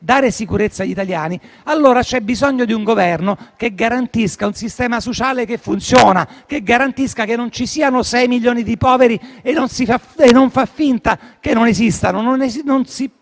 dare sicurezza agli italiani, c'è bisogno di un Governo che garantisca un sistema sociale funzionale; che garantisca che non ci siano 6 milioni di poveri e non faccia finta invece che non esistono.